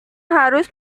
harus